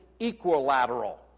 equilateral